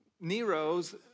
Nero's